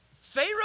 Pharaoh